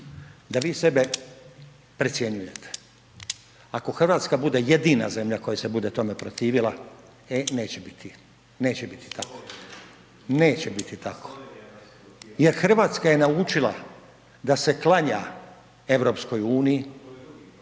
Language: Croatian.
da vi sebe precjenjujete. Ako Hrvatska bude jedina zemlja koja se bude tome protivila e neće biti, neće biti tako, neće biti tako, jer Hrvatska je naučila da se klanja EU, Hrvatska donosi